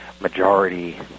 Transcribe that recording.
majority